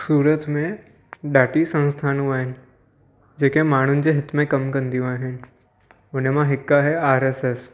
सूरत में ॾाढी संस्थानूं आहिनि जेके माण्हुनि जे हित में कमु कंदियूं आहिनि उन में हिकु आहे आर एस एस